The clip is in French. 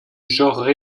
genre